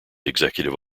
executive